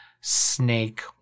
snake